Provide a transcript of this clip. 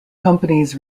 companies